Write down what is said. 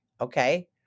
Okay